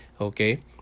okay